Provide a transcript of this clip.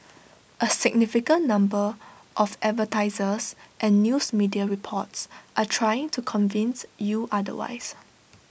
A significant number of advertisers and news media reports are trying to convince you otherwise